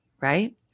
Right